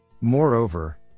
Moreover